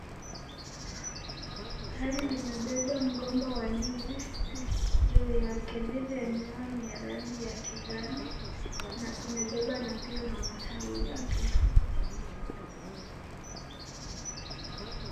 Gari limebeba mgomba wa ndizi, juu yake. Ndizi enyewe ni ya rangi ya kijani na imebebwa na pia na matawi yake.